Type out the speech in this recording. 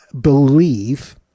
believe